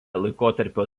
laikotarpio